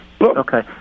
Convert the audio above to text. Okay